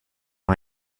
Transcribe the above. han